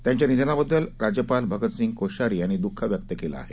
त्यांच्या निधनाबद्दल राज्यपाल भगतसिंह कोश्यारी यांनी दुःख व्यक्त केलं आहे